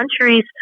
countries